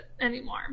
anymore